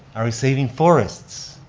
are we saving forests?